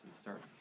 start